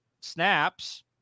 snaps